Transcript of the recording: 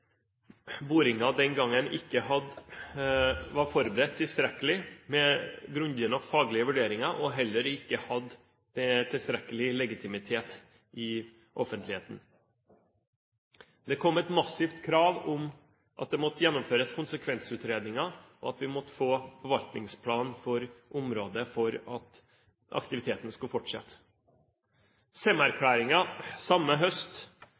boringen den gangen ikke var forberedt tilstrekkelig med grundige og faglige vurderinger, og heller ikke hadde tilstrekkelig legitimitet i offentligheten. Det kom et massivt krav om at det måtte gjennomføres konsekvensutredninger, og at vi måtte få en forvaltningsplan for området for at aktiviteten kunne fortsette. Sem-erklæringen samme høst